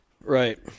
Right